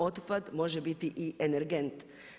Otpad može biti i energent.